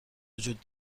وجود